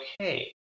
okay